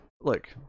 Look